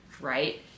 right